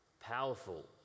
powerful